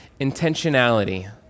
intentionality